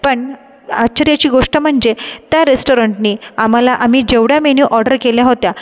पण आश्चर्याची गोष्ट म्हणजे त्या रेस्टॉरंटनी आम्हाला आम्ही जेवढ्या मेन्यू ऑर्डर केल्या होत्या